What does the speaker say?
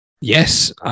Yes